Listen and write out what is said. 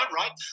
right